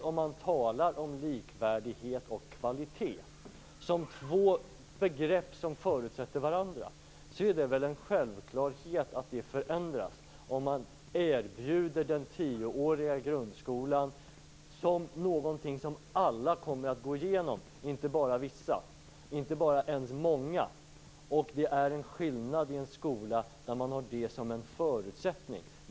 Om man talar om likvärdighet och kvalitet som två begrepp som förutsätter varandra är det väl en självklarhet att det förändras om man erbjuder den tioåriga grundskolan som någonting som alla kommer att gå igenom - inte bara vissa, inte ens bara många. Det är en skillnad i en skola där man har det som en förutsättning.